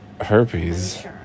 Herpes